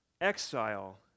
exile